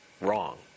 wrong